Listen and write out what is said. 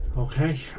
Okay